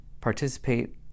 participate